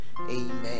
amen